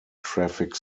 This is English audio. traffic